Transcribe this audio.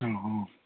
ம் ம்